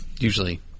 Usually